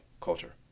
culture